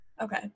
Okay